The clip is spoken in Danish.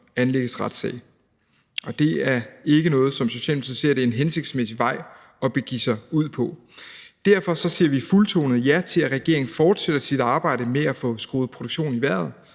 så anlægges retssag, og det er ikke noget, som Socialdemokratiet ser som en hensigtsmæssig vej at begive sig ud på. Derfor siger vi fuldtonet ja til, at regeringen fortsætter sit arbejde med at få skruet produktionen i vejret